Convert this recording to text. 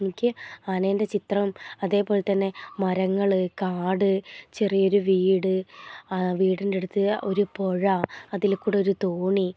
എനിക്ക് ആനേൻ്റെ ചിത്രം അതേപോലെത്തന്നെ മരങ്ങൾ കാട് ചെറിയൊരു വീട് വീടിൻ്റെ അടുത്ത് ഒരു പുഴ അതിൽക്കൂടെ ഒരു തോണി